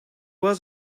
was